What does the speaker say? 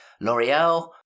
L'Oreal